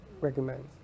recommend